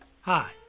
Hi